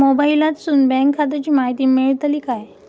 मोबाईलातसून बँक खात्याची माहिती मेळतली काय?